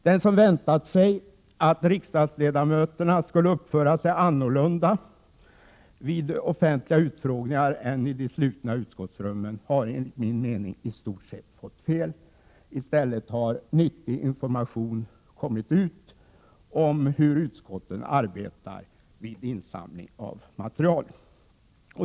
Den som väntat sig att riksdagsledamöterna skulle uppföra sig annorlunda vid offentliga utfrågningar än i de slutna utskottsrummen har enligt min mening i stort sett fått fel. I stället har nyttig information kommit ut om hur utskotten arbetar vid insamlandet av material.